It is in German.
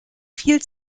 viel